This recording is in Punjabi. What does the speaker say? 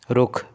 ਰੁੱਖ